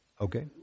Okay